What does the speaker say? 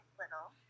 little